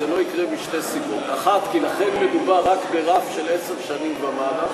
זה לא יקרה משתי סיבות: 1. כי לכן מדובר רק ברף של עשר שנים ומעלה,